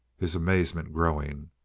his amazement growing.